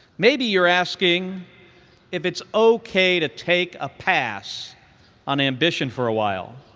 maybe you're asking if it's ok to take a pass on ambition for awhile,